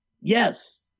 Yes